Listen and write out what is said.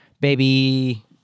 Baby